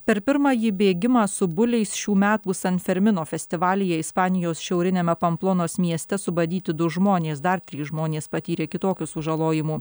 per pirmąjį bėgimą su buliais šių metų san fermino festivalyje ispanijos šiauriniame pamplonos mieste subadyti du žmonės dar trys žmonės patyrė kitokių sužalojimų